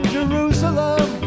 Jerusalem